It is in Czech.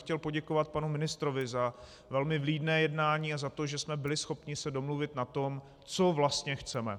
Chtěl bych poděkovat panu ministrovi za velmi vlídné jednání a za to, že jsme byli schopni se domluvit na tom, co vlastně chceme.